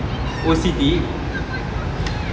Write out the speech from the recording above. O_C_T